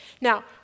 Now